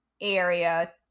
area